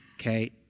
okay